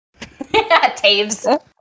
taves